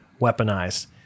weaponized